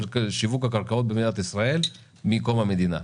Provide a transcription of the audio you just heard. שיווק הקרקעות במדינת ישראל מקום המדינה.